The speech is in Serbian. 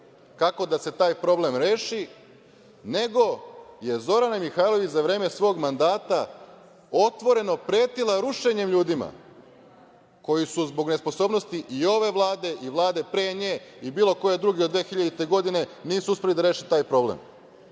kako da se taj problem reši, nego je Zorana Mihajlović za vreme svog mandata otvoreno pretila rušenjem ljudima koji zbog nesposobnosti i ove Vlade i Vlade pre nje i bilo koje druge od 2000. godine nisu uspeli da reše taj problem. Nama